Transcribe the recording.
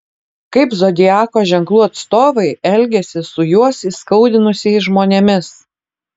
kaip zodiako ženklų atstovai elgiasi su juos įskaudinusiais žmonėmis